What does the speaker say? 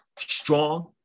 strong